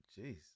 Jeez